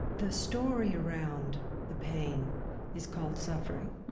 the story around the pain is called suffering.